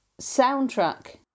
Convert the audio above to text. soundtrack